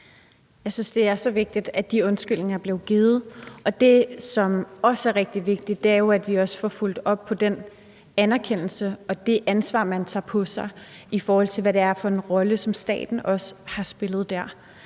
Jeg synes, det er så vigtigt, at de undskyldninger blev givet. Og det, som også er rigtig vigtigt, er, at vi får fulgt op på den anerkendelse og det ansvar, vi tager på os, i forhold til hvad det er for en rolle, som staten har spillet der.